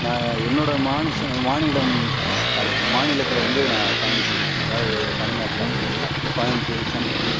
நான் என்னோடய மானிஷம் மானிடம் சாரி மாநிலத்தில் வந்து நான் பயணித்திருக்கேன் அதாவது தமிழ்நாட்டில் கோயமுத்தூர் சென்னை